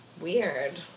Weird